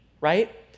Right